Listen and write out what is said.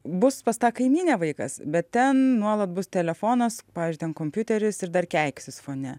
bus pas tą kaimynę vaikas bet ten nuolat bus telefonas pavyzdžiui ten kompiuteris ir dar keiksis fone